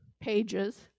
pages